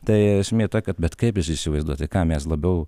tai esmė ta kad bet kaip jis įsivaizduoti ką mes labiau